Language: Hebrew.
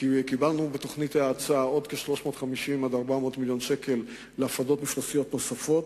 קיבלנו בתוכנית האצה עוד 350 400 מיליון שקל להפרדות מפלסיות נוספות,